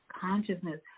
Consciousness